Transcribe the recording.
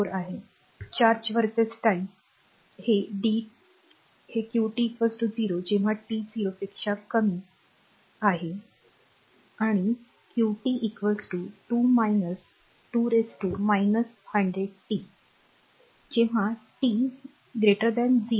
4 आहे charge vs time हे qt 0 जेव्हा t 0 पेक्षा कमी आहे आणि qt 2 2 100t जेव्हा t 0